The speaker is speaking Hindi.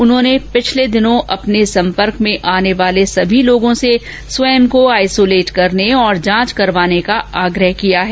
उन्होंने पिछले दिनों अपने संपर्क में आने वाले सभी लोगों से स्वयं को आइसोलेट करने और जांच करवाने का आग्रह किया है